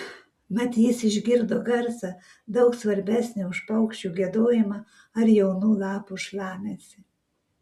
mat jis išgirdo garsą daug svarbesnį už paukščių giedojimą ar jaunų lapų šlamesį